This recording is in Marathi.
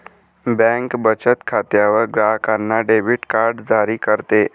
बँक बचत खात्यावर ग्राहकांना डेबिट कार्ड जारी करते